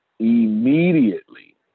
immediately